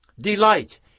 Delight